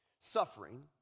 Suffering